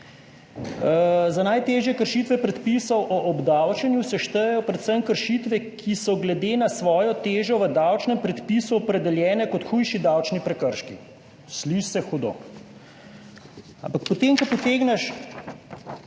Za najtežje kršitve predpisov o obdavčenju se štejejo predvsem kršitve, ki so glede na svojo težo v davčnem predpisu opredeljene kot hujši davčni prekrški. Sliši se hudo, ampak potem, ko potegneš